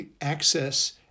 access